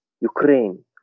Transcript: Ukraine